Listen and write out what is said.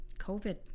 COVID